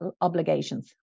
obligations